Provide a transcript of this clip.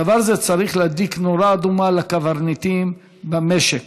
דבר זה צריך להדליק נורה אדומה לקברניטים במשק,